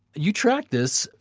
you track this,